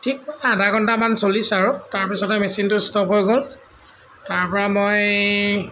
ঠিক আধা ঘণ্টামান চলিছে আৰু তাৰ পিছতে মেচিনটো ষ্টপ হৈ গ'ল তাৰ পৰা মই